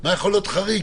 מה יכול להיות חריג?